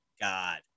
god